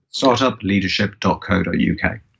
startupleadership.co.uk